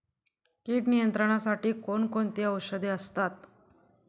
कीड नियंत्रणासाठी कोण कोणती औषधे असतात?